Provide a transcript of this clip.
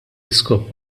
iskop